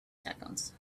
seconds